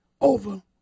over